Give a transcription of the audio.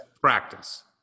practice